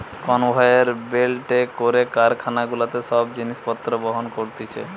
conveyor বেল্টে করে কারখানা গুলাতে সব জিনিস পত্র বহন করতিছে